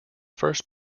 first